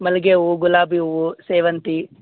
ಮಲ್ಲಿಗೆ ಹೂ ಗುಲಾಬಿ ಹೂವು ಸೇವಂತಿ